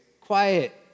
quiet